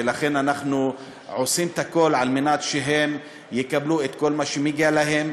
ולכן אנחנו עושים את הכול כדי שהם יקבלו את כל מה שמגיע להם.